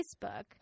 facebook